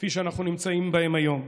כפי שאנחנו נמצאים בהם היום,